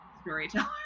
storyteller